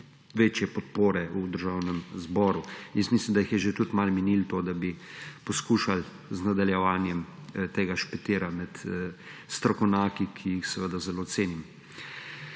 večje podpore v Državnem zboru. Mislim, da jih je že tudi malo minilo to, da bi poskušali z nadaljevanjem tega špetira med strokovnjaki, ki jih seveda zelo cenim.